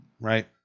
right